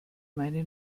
meine